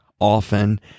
often